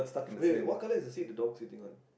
wait what colour is the seat the dog sitting one